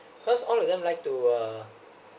cause all of them like to uh